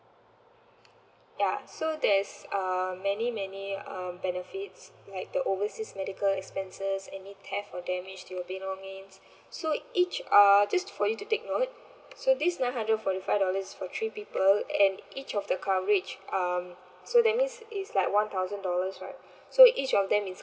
ya so there's uh many many um benefits like the overseas medical expenses any theft or damage to your belongings so each uh just for you to take note so this nine hundred forty five dollars is for three people and each of the coverage um so that means it's like one thousand dollars right so each of them is